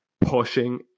pushing